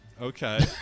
Okay